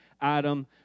Adam